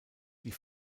die